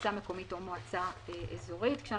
מועצה מקומית או מועצה אזורית." אנחנו